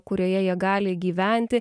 kurioje jie gali gyventi